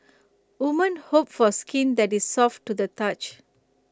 women hope for skin that is soft to the touch